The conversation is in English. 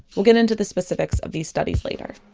we'll get into the specifics of these studies later